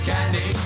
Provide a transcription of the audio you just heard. Candy